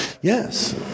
Yes